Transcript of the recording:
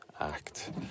act